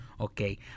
Okay